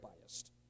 biased